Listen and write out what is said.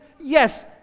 Yes